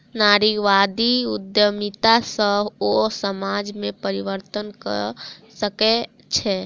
नारीवादी उद्यमिता सॅ ओ समाज में परिवर्तन कय सकै छै